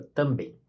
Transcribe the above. também